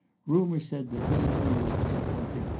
rumour said that he too was disappointed,